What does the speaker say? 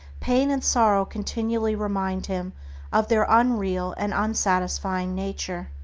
pain and sorrow continually remind him of their unreal and unsatisfying nature.